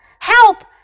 Help